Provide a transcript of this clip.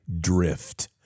drift